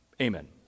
Amen